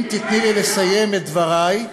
אם תיתני לי לסיים את דברי,